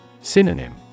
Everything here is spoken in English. Synonym